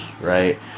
right